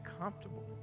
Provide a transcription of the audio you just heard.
comfortable